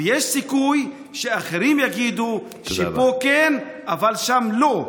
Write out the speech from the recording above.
ויש סיכוי שאחרים יגידו שפה כן אבל שם לא.